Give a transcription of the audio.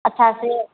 अच्छा से